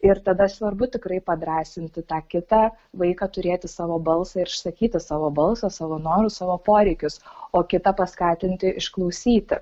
ir tada svarbu tikrai padrąsinti tą kitą vaiką turėti savo balsą ir išsakyti savo balsą savo norus savo poreikius o kitą paskatinti išklausyti